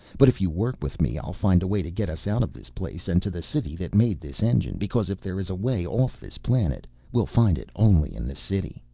but if you work with me i'll find a way to get us out of this place and to the city that made this engine, because if there is a way off this planet we'll find it only in the city.